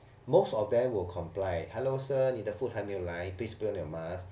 most of them will comply hello sir 你的 food 还没有来 please put on your mask